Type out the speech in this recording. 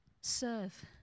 Serve